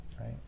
right